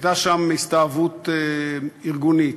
הייתה שם הסתאבות ארגונית,